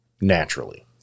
naturally